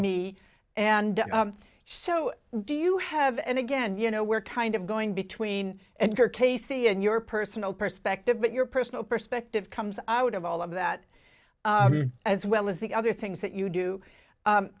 me and so do you have and again you know we're kind of going between and her casey and your personal perspective but your personal perspective comes out of all of that as well as the other things that you do